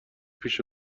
پیش